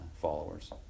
followers